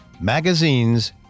magazines